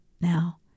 Now